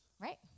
Right